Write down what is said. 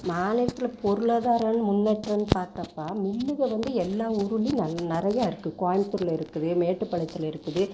மாநிலத்தில் பொருளாதாரம்னு முன்னேற்றம்னு பார்த்தாப்பா மில்லுகள் வந்து எல்லா ஊர்லேயும் நல் நிறையா இருக்குது கோயம்புத்தூரில் இருக்குது மேட்டுப்பாளையத்தில் இருக்குது